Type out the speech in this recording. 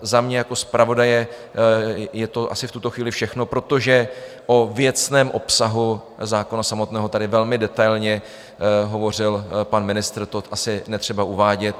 Za mě jako zpravodaje je to asi v tuto chvíli všechno, protože o věcném obsahu zákona samotného tady velmi detailně hovořil pan ministr, to asi netřeba uvádět.